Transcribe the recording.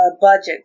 budget